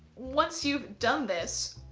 once you've done this,